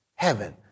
Heaven